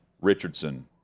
Richardson